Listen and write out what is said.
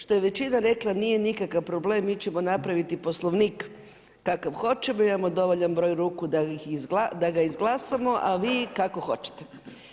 Što je većina rekla, nije nikakav problem, mi ćemo napraviti Poslovnik kakav hoćemo, imamo dovoljan broj ruku da ga izglasamo a vi kako hoćete.